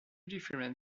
different